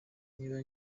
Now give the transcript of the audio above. niba